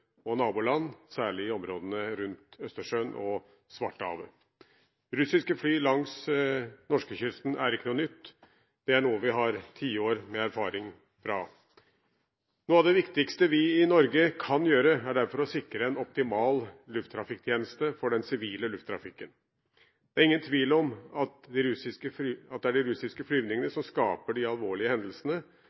og naboland, særlig i områdene rundt Østersjøen og Svartehavet. Russiske fly langs norskekysten er ikke noe nytt – det er noe vi har tiår med erfaring fra. Noe av det viktigste vi i Norge kan gjøre, er derfor å sikre en optimal lufttrafikktjeneste for den sivile lufttrafikken. Det er ingen tvil om at det er de russiske flyvningene som skaper de alvorlige hendelsene,